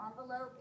envelope